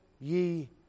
ye